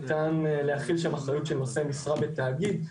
ניתן להחיל שם אחריות של נושא משרה בתאגיד.